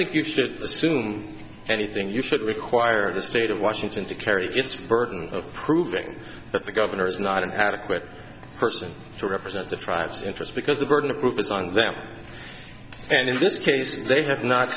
think you should assume anything you should require the state of washington to carry gets burden of proving that the governor is not an adequate person to represent the tribes interests because the burden of proof is on them and in this case they have not